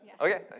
Okay